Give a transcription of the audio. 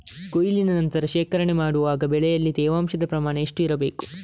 ಕೊಯ್ಲಿನ ನಂತರ ಶೇಖರಣೆ ಮಾಡುವಾಗ ಬೆಳೆಯಲ್ಲಿ ತೇವಾಂಶದ ಪ್ರಮಾಣ ಎಷ್ಟು ಇರಬೇಕು?